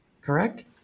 correct